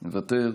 מוותר,